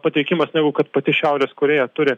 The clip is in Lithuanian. pateikimas negu kad pati šiaurės korėja turi